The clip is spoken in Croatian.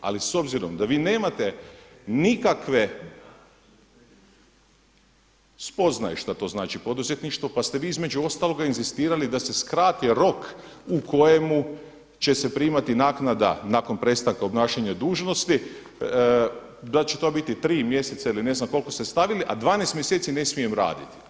Ali s obzirom da vi nemate nikakve spoznaje šta to znači poduzetništvo, pa ste vi između ostaloga inzistirali da se skrati rok u kojemu će se primati naknada nakon prestanka obnašanja dužnosti, da će to biti tri mjeseca ili ne znam koliko ste stavili, a 12 mjeseci ne smijem raditi.